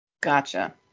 Gotcha